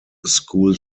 school